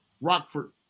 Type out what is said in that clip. Rockford